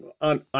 on